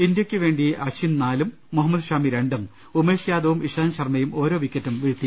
ഇന്ത്യക്കുവേണ്ടി അശ്ചിൻ നാലും മുഹമ്മദ് ഷാമി രണ്ടും ഉമേഷ് യാദവും ഇഷാന്ത് ശർമ്മയും ഓരോ വിക്കറ്റ് വീതവും വീഴ്ത്തി